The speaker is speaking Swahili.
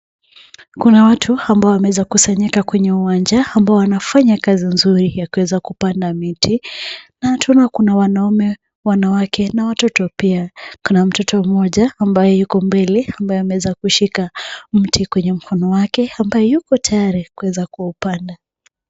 Kuna watu ambao wameweza kusanyika kwenye uwanja ambao wanafanya kazi nzuri ya kuweza kupanda miti, na tunaona kuna wanaume, wanawake, na watoto pia. Kuna mtoto mmoja ambaye yuko mbele ambaye ameweza kushika mti kwenye mkono wake, ambaye yupo tayari kuweza kuupanda.